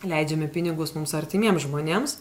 leidžiame pinigus mums artimiems žmonėms